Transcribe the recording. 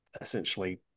essentially